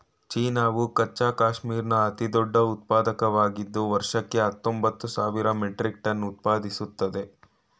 ಚೀನಾವು ಕಚ್ಚಾ ಕ್ಯಾಶ್ಮೀರ್ನ ಅತಿದೊಡ್ಡ ಉತ್ಪಾದಕವಾಗಿದ್ದು ವರ್ಷಕ್ಕೆ ಹತ್ತೊಂಬತ್ತು ಸಾವಿರ ಮೆಟ್ರಿಕ್ ಟನ್ ಉತ್ಪಾದಿಸ್ತದೆ